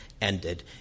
ended